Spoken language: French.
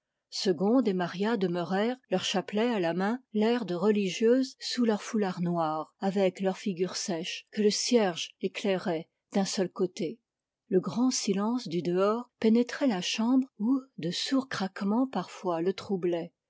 segonde et maria demeurèrent leur chapelet à la main l'air de religieuses sous leur foulard noir avec leur figure sèche que le cierge éclairait d'un seul côté le grand silence du dehors pénétrait la chambre où de sourds craquements parfois le